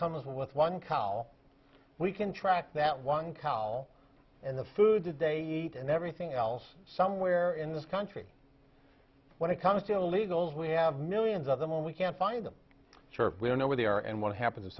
comes with one cow we can track that one cow and the food they eat and everything else somewhere in this country when it comes to illegals we have millions of them we can't find them sir we don't know where they are and what happens if